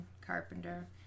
carpenter